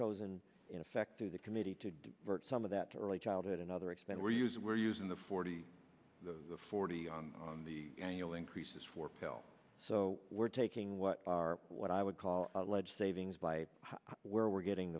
chosen in effect through the committee to do some of that early childhood and other expense we're use we're using the forty forty on the annual increases for pill so we're taking what are what i would call alleged savings by where we're getting